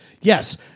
Yes